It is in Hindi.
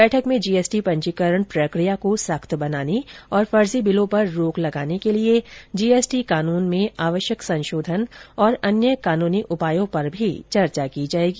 बैठक में जीएसटी पंजीकरण प्रक्रिया को सख्त बनाने और फर्जी बिलों पर रोक लगाने के लिए जीएसटी कानून में आवश्यक संशोधन तथा अन्य कानूनी उपायों पर भी चर्चा की जाएगी